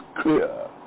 clear